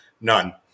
none